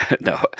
no